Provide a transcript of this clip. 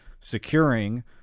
securing